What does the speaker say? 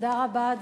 תודה רבה,